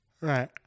Right